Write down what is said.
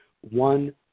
one